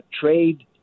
trade